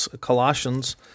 Colossians